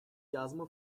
yazma